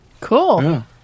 cool